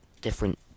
different